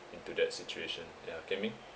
into that situation ya Kian Ming